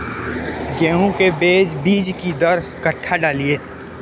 गेंहू के बीज कि दर कट्ठा डालिए?